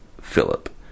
Philip